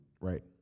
right